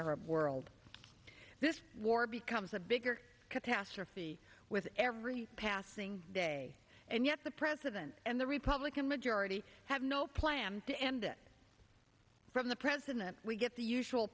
arab world this war becomes a bigger catastrophe with every passing day and yet the president and the republican majority have no plan to end it from the president we get the usual